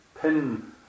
pin